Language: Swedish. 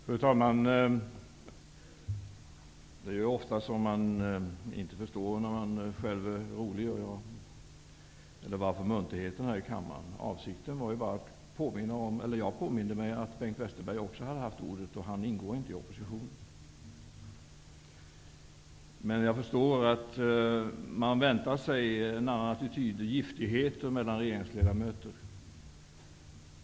Fru talman! Det är ofta som man inte förstår när man själv är rolig eller varför det uppstår munterhet i kammaren. Jag påminde mig bara att också Bengt Westerberg hade haft ordet, och han ingår ju inte i oppositionen. Men jag förstår att man väntar sig en annan attityd och giftigheter bland regeringsledamöter.